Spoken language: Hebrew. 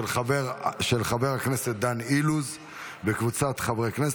של חבר הכנסת דן אילוז וקבוצת חברי הכנסת.